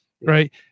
Right